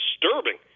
disturbing